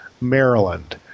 Maryland